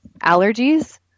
allergies